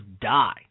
die